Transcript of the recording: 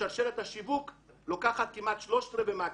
שרשרת השיווק לוקחת כמעט שלושת-רבעי מהכסף.